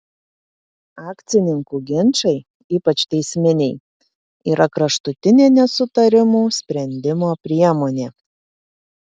akcininkų ginčai ypač teisminiai yra kraštutinė nesutarimų sprendimo priemonė